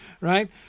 Right